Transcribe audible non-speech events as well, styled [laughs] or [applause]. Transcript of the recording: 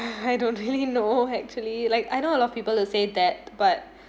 [laughs] I don't really know actually like I know a lot of people will say that but